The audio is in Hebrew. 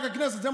חבר הכנסת קריב,